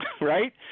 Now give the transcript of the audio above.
right